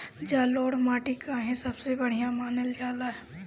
जलोड़ माटी काहे सबसे बढ़िया मानल जाला?